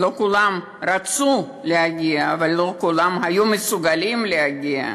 רצו להגיע, אבל לא כולם היו מסוגלים להגיע.